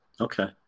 Okay